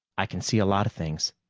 i can see a lot of things